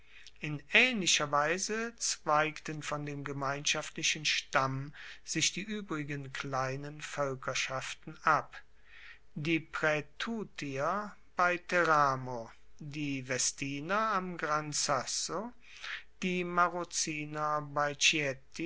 in aehnlicher weise zweigten von dem gemeinschaftlichen stamm sich die uebrigen kleinen voelkerschaften ab die praetuttier bei teramo die vestiner am gran sasso die marruciner